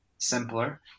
simpler